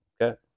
okay